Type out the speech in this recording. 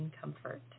comfort